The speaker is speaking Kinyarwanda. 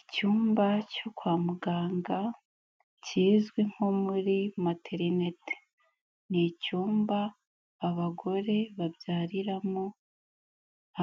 Icyumba cyo kwa muganga kizwi nko muri materinite, ni icyumba abagore babyariramo